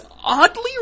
oddly